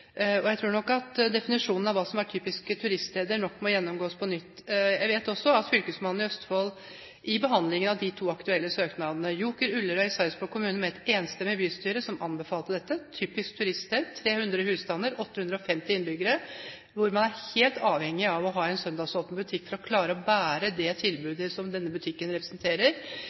Jeg tror nok at definisjonen av hva som er typiske turiststeder, må gjennomgås på nytt. Jeg vet også at fylkesmannen i Østfold i behandlingen av de to aktuelle søknadene fra Joker Ullerøy, Sarpsborg kommune, hadde et enstemmig bystyre som anbefalte dette. Det er et typisk turiststed med 300 husstander og 850 innbyggere, hvor man er helt avhengig av å ha en søndagsåpen butikk for å klare å bære det tilbudet som denne butikken representerer.